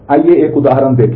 आइए एक उदाहरण देखें